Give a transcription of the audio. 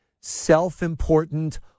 self-important